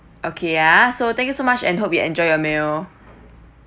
okay uh so thank you so much and hope you enjoy your meal